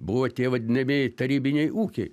buvo tie vadinamieji tarybiniai ūkiai